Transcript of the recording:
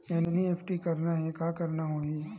NEFT करना हे का करना होही?